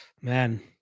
Man